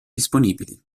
disponibili